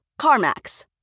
CarMax